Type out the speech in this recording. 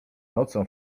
nocą